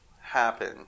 happen